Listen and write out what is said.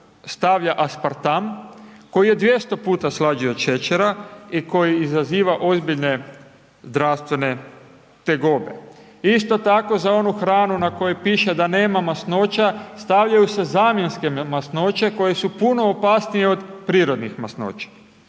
stavlja aspartam koji je 200 puta slađi od šećera i koji izaziva ozbiljne zdravstvene tegobe. Isto tako za onu hranu na kojoj piše da nema masnoća stavljaju se zamjenske masnoće koje su puno opasnije od prirodnih masnoća.